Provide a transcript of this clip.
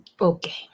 Okay